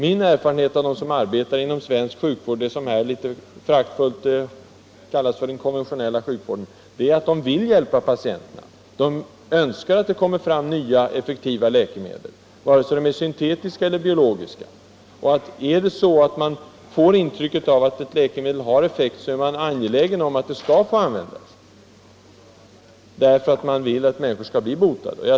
Min erfarenhet av dem som arbetar inom den svenska sjukvården, som här litet föraktfullt kallas för den konventionella sjukvården, är att de vill hjälpa patienterna och önskar att det kommer fram nya, effektiva läkemedel, vare sig de är syntetiska eller biologiska. Om de tror att ett läkemedel har effekt är de angelägna om att det skall få användas för att människor skall bli botade.